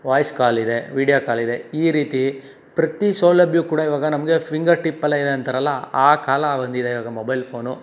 voice call ಇದೆ video call ಇದೆ ಈ ರೀತಿ ಪ್ರತಿ ಸೌಲಭ್ಯ ಕೂಡ ಈವಾಗ ನಮಗೆ ಫಿಂಗರ್ಟಿಪಲ್ಲೇ ಇದೆ ಅಂತಾರಲ್ಲ ಆ ಕಾಲ ಬಂದಿದೆ ಈವಾಗ ಮೊಬೈಲ್ ಫೋನು